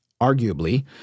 Arguably